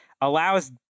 allows